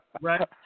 Right